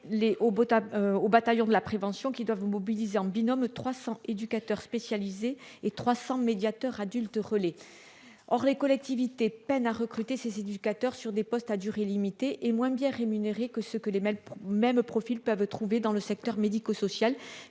au bataillon de la prévention qui doivent mobiliser en binôme 300 éducateur spécialisé et 300 médiateur adultes relais, or les collectivités peinent à recruter ces éducateurs sur des postes à durée limitée est moins bien rémunérés que ce que les mails, même profil peuvent trouver dans le secteur médico-social